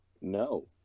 No